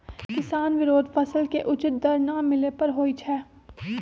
किसान विरोध फसल के उचित दर न मिले पर होई छै